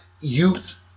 Youth